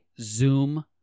Zoom